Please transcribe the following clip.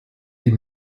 die